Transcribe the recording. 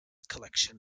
collection